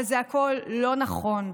אבל זה הכול לא נכון.